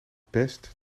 best